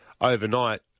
overnight